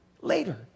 later